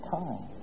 time